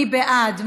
מי בעד?